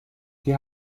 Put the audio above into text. hier